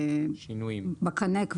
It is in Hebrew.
בקנה,